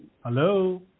Hello